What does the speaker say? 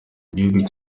gihugu